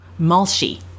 Malshi